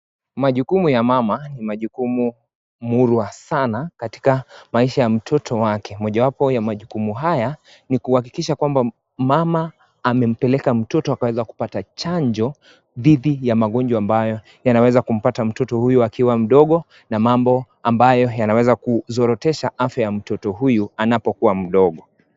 Majukumu ya mama ni majukumu murwa sana katika maisha ya mtoto wake. Mojawapo ya majukumu haya ni kuhakikisha kwamba mama amempeleka mtoto akaweza kupata chanjo dhidi ya magonjwa ambayo yanaweza kumpata mtoto huyo akiwa mdogo na mambo ambayo yanaweza kuzorotesha afya ya mtoto huyu anapokuwa mdogo.